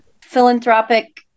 philanthropic